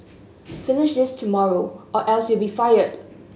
finish this tomorrow or else you'll be fired